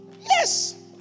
Yes